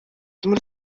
muri